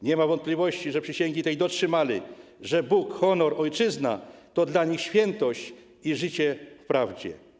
Nie ma wątpliwości, że przysięgi tej dotrzymali, że Bóg, honor, ojczyzna to dla nich świętość i życie w prawdzie.